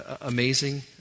amazing